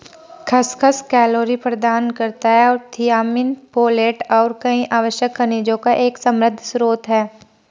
खसखस कैलोरी प्रदान करता है और थियामिन, फोलेट और कई आवश्यक खनिजों का एक समृद्ध स्रोत है